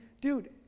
dude